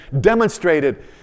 demonstrated